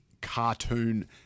cartoon